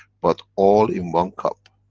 but all in one cup.